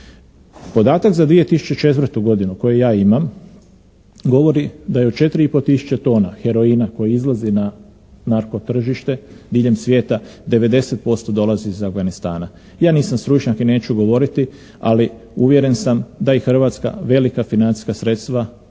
Podatak za 2004. godinu koji ja imam govori da je od 4 i pol tisuće tona heroina koji izlazi na narko tržište diljem svijeta 90% dolazi iz Afganistana. Ja nisam stručnjak i neću govoriti, ali uvjeren sam da i Hrvatska velika financijska sredstva izdvaja